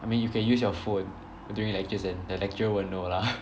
I mean you can use your phone during lectures and the lecturer won't know lah